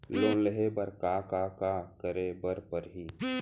Loan लेहे बर का का का करे बर परहि?